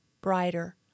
brighter